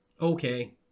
Okay